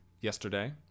yesterday